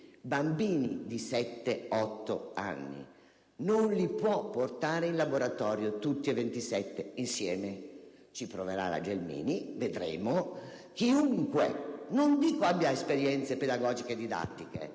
numeri) di 7-8 anni, non li può portare in laboratorio tutti insieme. Ci proverà la Gelmini e vedremo. Chiunque, non dico abbia esperienze pedagogico-didattiche,